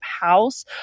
house